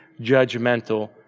judgmental